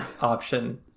option